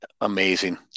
Amazing